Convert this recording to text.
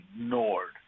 ignored